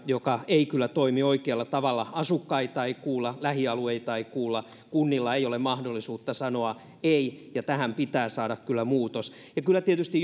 joka ei kyllä toimi oikealla tavalla asukkaita ei kuulla lähialueita ei kuulla kunnilla ei ole mahdollisuutta sanoa ei ja tähän pitää saada kyllä muutos kyllä tietysti